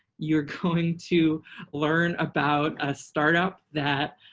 you're going to learn about a startup that